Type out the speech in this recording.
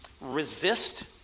Resist